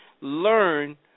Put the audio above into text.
learn